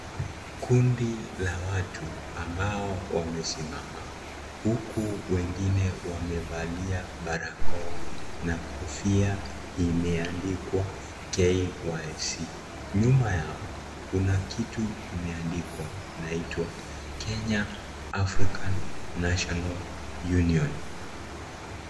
Kundi la watu ambao wamesimama huku wengine wamevalia barakoa na kofia imeandikwa KYC. Nyuma yao kuna kitu kimeandikwa kinaitwa Kenya Africa National Union.